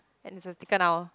taken out